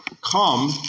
come